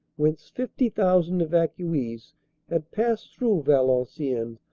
whence fifty thousand evacuees had passed through valenciennes,